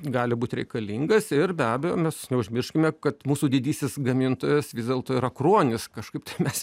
gali būti reikalingas ir be abejo mes neužmirškime kad mūsų didysis gamintojas vis dėlto yra kruonis kažkaip tai mes jį